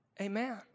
Amen